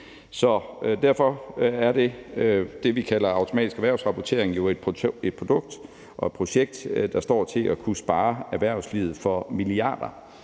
Så derfor er det, vi kalder automatisk erhvervsrapportering jo et produkt og et projekt, der står til at kunne spare erhvervslivet for milliarder